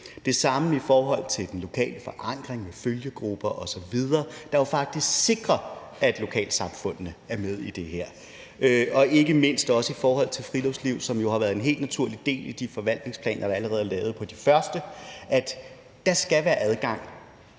det samme i forhold til den lokale forankring med følgegrupper osv., der jo faktisk sikrer, at lokalsamfundene er med i det her. Og det gælder ikke mindst også i forhold til friluftsliv, som jo har været en helt naturlig del af de forvaltningsplaner, der allerede er lavet for de første parker, at der skal være adgang